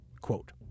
Quote